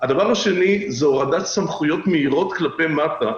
הדבר השני הוא הורדת סמכויות במהירות כלפי מטה.